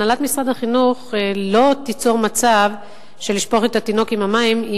הנהלת משרד החינוך לא תיצור מצב של לשפוך את התינוק עם המים,